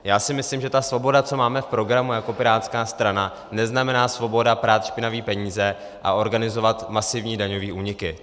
Já si myslím, že ta svoboda, co máme v programu jako pirátská strana, neznamená svobodu prát špinavé peníze a organizovat masivní daňové úniky.